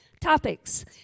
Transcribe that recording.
topics